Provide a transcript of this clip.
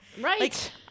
Right